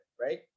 right